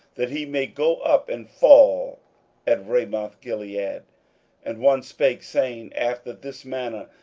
that he may go up and fall at ramothgilead? and one spake saying after this manner,